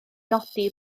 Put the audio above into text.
nodi